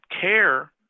care